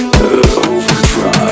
Overdrive